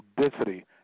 density